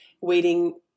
waiting